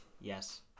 Yes